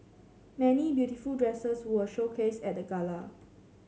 many beautiful dresses were showcased at the gala